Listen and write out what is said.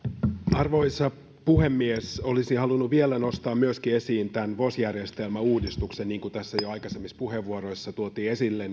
arvoisa puhemies olisin myös halunnut vielä nostaa esiin vos järjestelmäuudistuksen niin kuin tässä jo aikaisemmissa puheenvuoroissa tuotiin esille